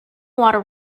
water